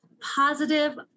positive